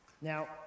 Now